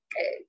okay